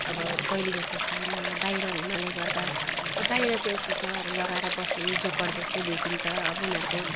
अब पहिलेजस्तो छैन बाहिर हुनाले गर्दा अब बाहिर चाहिँ यस्तो छ अब लगाएर बस्नु पनि जोकर जस्तै देखिन्छ अब उनीहरूको